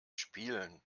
spielen